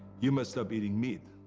you must stop eating meat.